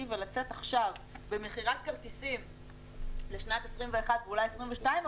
ולצאת עכשיו במכירת כרטיסים לשנת 2021 אולי לשנת 2022,